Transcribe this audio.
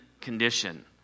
condition